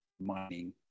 mining